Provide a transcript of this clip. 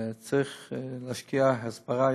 צריך בהחלט להשקיע יותר בהסברה